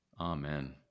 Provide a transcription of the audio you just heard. Amen